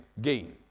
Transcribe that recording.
gain